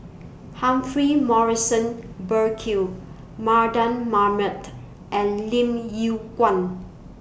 Humphrey Morrison Burkill Mardan Mamat and Lim Yew Kuan